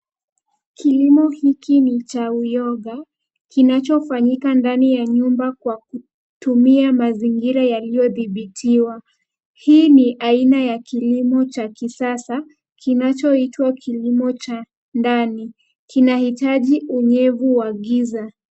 Kilimo hiki ni cha uyoga kinachofanyika ndani ya nyumba kwa kutumia mazingira yaliyodhibitiwa. Hii ni aina ya kilimo cha kisasa kinachoitwa kilimo cha ndani, kinaitaji unyevu wa giza.